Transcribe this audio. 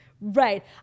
Right